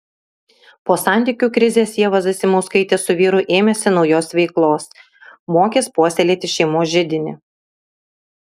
po santykių krizės ieva zasimauskaitė su vyru ėmėsi naujos veiklos mokys puoselėti šeimos židinį